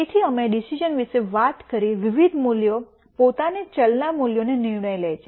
તેથી અમે ડિસિઝન વિશે વાત કરી વિવિધ મૂલ્યો પોતાને ચલના મૂલ્યોનો નિર્ણય લે છે